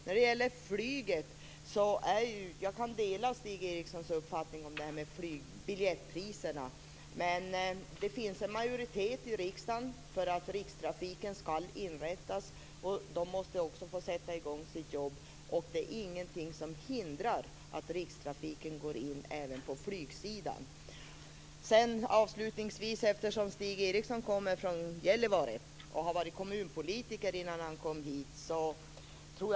När det gäller flyget kan jag dela Stig Erikssons uppfattning om biljettpriserna. Det finns en majoritet i riksdagen för att rikstrafiken skall inrättas, och det måste få sätta i gång sitt jobb. Det är ingenting som hindrar att rikstrafiken går in även på flygsidan. Avslutningsvis vill jag säga följande, eftersom Stig Eriksson kommer från Gällivare och har varit kommunpolitiker innan han kom till riksdagen.